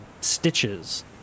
stitches